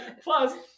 plus